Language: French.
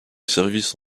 services